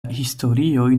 historioj